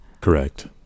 Correct